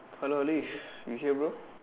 hello Alice you here bro